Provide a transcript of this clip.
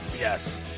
Yes